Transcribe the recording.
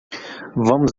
vamos